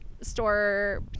store